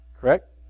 correct